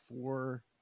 four